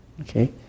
okay